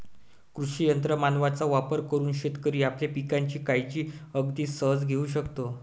कृषी यंत्र मानवांचा वापर करून शेतकरी आपल्या पिकांची काळजी अगदी सहज घेऊ शकतो